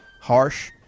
Harsh